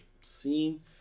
seen